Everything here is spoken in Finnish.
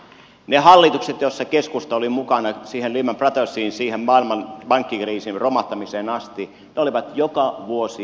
ne hallitukset joissa keskusta oli mukana lehman brothersin maailman pankkikriisin romahtamiseen asti olivat joka vuosi ylijäämäisiä mitä talouteen tulee